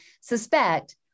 suspect